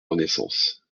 renaissance